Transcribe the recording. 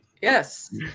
Yes